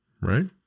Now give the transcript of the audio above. right